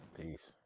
Peace